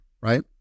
right